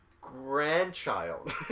grandchild